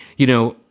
you know,